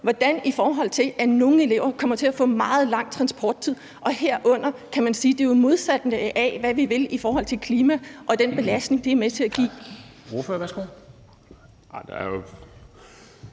her, i forhold til at nogle elever kommer til at få meget lang transporttid? Herunder kan man sige, at det jo er det modsatte af, hvad vi vil i forhold til klima og den belastning, det er med til at give. Kl. 10:38 Formanden (Henrik